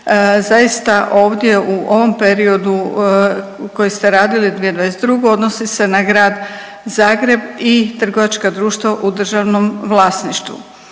zaista ovdje u ovom periodu koji ste radili 2022. odnosi se na Grad Zagreb i trgovačka društva u državnom vlasništvu.